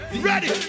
ready